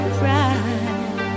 pride